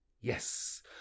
yes